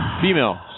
Female